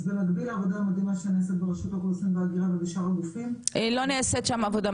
אם אני זוכרת נכון את הדוגמה שלך, ולא קיבלת מענה.